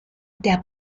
der